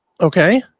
Okay